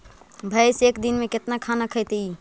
भैंस एक दिन में केतना खाना खैतई?